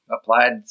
applied